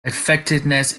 effectiveness